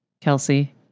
Kelsey